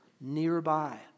nearby